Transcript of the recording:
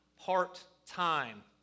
part-time